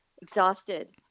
exhausted